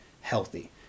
healthy